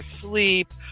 sleep